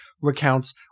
recounts